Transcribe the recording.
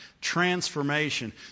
transformation